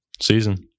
season